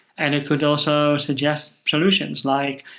and it could also suggest solutions like,